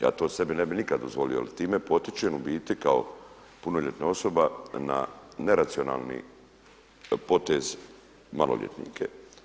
Ja to sebi ne bi nikada dozvolio ali time potičem u biti kao punoljetna osoba na neracionalni potez maloljetnike.